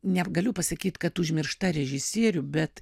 negaliu pasakyt kad užmiršta režisierių bet